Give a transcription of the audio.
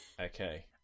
Okay